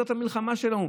זאת המלחמה שלנו.